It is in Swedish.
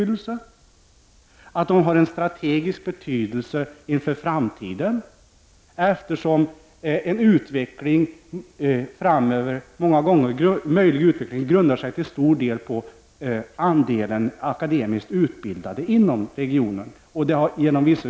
De har också en strategisk betydelse med tanke på framtiden, eftersom en utveckling ofta grundar sig på hur stor andel akademiskt utbildade som finns i regionen.